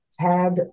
Tag